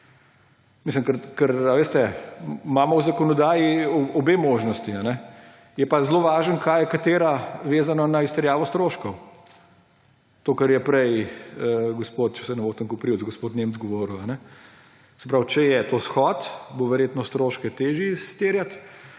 imamo v zakonodaji obe možnosti. Je pa zelo važno, kaj je katera, vezano na izterjavo stroškov. To, kar je prej gospod, če se ne motim, gospod Nemec govoril. Se pravi, če je to shod, bo verjetno stroške težje izterjati.